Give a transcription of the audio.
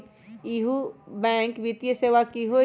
इहु बैंक वित्तीय सेवा की होई?